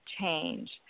change